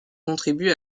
contribue